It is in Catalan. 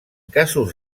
casos